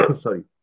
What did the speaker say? sorry